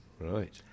Right